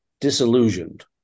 disillusioned